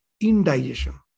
indigestion